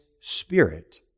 Spirit